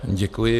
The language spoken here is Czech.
Děkuji.